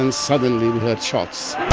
and suddenly we heard shots